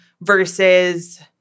versus